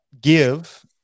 give